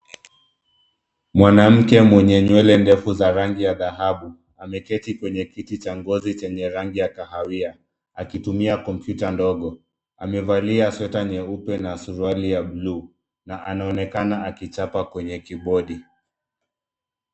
Mwanamke mwenye nywele ndefu za rangi ya dhahabu, ameketi kwenye kiti cha ngozi chenye rangi ya kahawia akitumia kompyuta ndogo. Amevalia sweater nyeupe na suruali ya buluu na anaonekana akichapa kwenye kibodi.